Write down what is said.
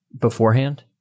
beforehand